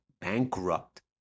bankrupt